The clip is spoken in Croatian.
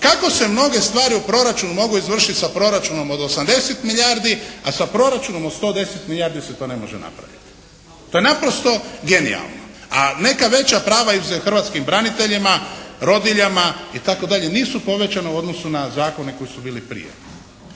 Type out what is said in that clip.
Kako se mnoge stvari u proračunu mogu izvršiti sa proračunom od 80 milijardi a sa proračunom od 110 milijardi se to ne može napraviti. To je naprosto genijalno a neka veća prava izuzev hrvatskim braniteljima, rodiljama itd. nisu povećana u odnosu na zakone koji su bili prije.